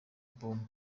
album